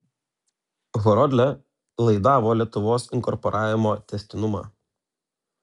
horodlė laidavo lietuvos inkorporavimo tęstinumą